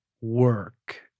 work